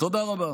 תודה רבה.